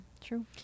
true